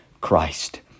Christ